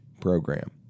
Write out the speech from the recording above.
program